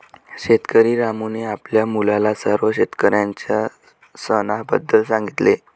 शेतकरी रामूने आपल्या मुलाला सर्व शेतकऱ्यांच्या सणाबद्दल सांगितले